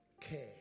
care